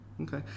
okay